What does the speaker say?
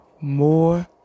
more